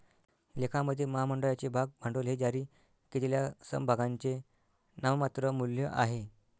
लेखामध्ये, महामंडळाचे भाग भांडवल हे जारी केलेल्या समभागांचे नाममात्र मूल्य आहे